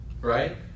right